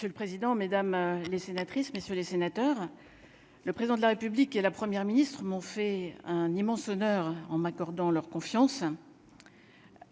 Monsieur le président, Mesdames les sénatrices, messieurs les sénateurs, le président de la République et la première ministre m'ont fait un immense honneur en m'accordant leur confiance,